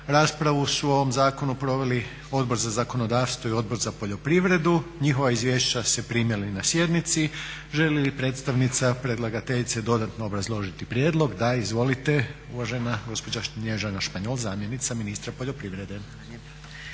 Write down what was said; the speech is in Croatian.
Raspravu su proveli Odbor za zakonodavstvo i Odbor za poljoprivredu. Izvješća ste primili na sjednici. Želi li predstavnica predlageteljice dodatno obrazložiti prijedlog? Da. Izvolite uvažena gospođa zamjenicu ministra poljoprivrede